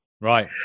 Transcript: right